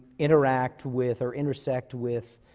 interact with, or intersect with,